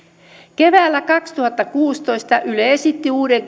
keväällä kaksituhattakuusitoista yle esitti uuden